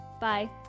Bye